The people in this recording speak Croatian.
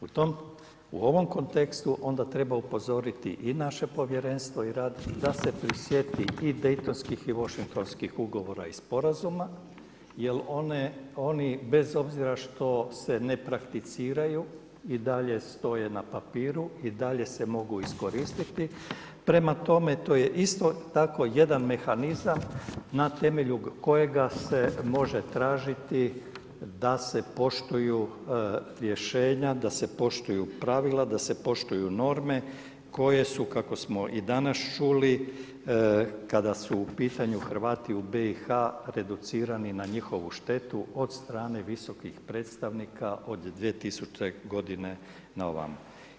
U ovom kontekstu onda treba upozoriti i naše povjerenstvo i rad da se prisjeti i Dejtonskih i Washingtonskih ugovora i sporazuma jer oni, bez obzira što se ne prakticiraju i dalje stoje na papiru, i dalje se mogu iskoristiti, prema tome to je isto tako jedan mehanizam na temelju kojega se može tražiti da se poštuju rješenja, da se poštuju pravila, da se poštuju norme koje su, kako smo i danas čuli, kada su u pitanju Hrvati u BiH reducirani na njihovu štetu od strane visokih predstavnika od 2000. godine na ovamo.